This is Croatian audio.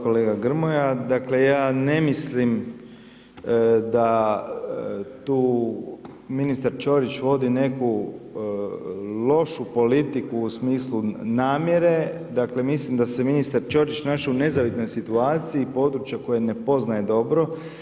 Kolega Grmoja, dakle ja ne mislim da tu ministar Čorić vodi neku lošu politiku u smislu namjere, dakle mislim da se ministar Čorić našao u nezavidnoj situaciji područja koje ne poznaje dobro.